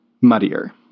muddier